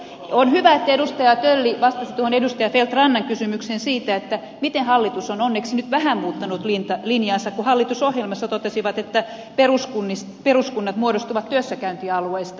on hyvä että edustaja tölli vastasi tuohon edustaja feldt rannan kysymykseen siitä miten hallitus on onneksi nyt vähän muuttanut linjaansa kun hallitusohjelmassa totesivat että peruskunnat muodostuvat työssäkäyntialueista